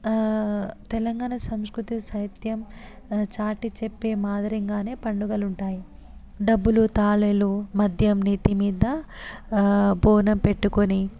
తెలంగాణ సంస్కృతి సాహిత్యం చాటి చెప్పే మాదిరింగానే పండుగలు ఉంటాయి డబ్బులు తాలూలు మద్యం నెత్తి మీద బోనం పెట్టుకుని